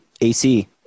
AC